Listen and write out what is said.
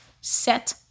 set